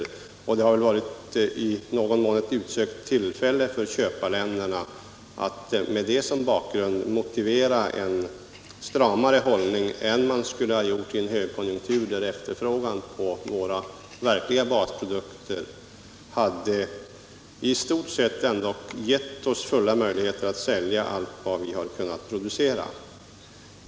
I någon mån har köparländerna haft ett utsökt tillfälle att med detta som bakgrund motivera en stramare hållning än man skulle ha gjort i en högkonjunktur, då efterfrågan på våra verkliga basprodukter i stort sett hade kunnat göra det fullt möjligt för oss att sälja allt vi kunnat producera.